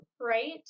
Right